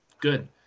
good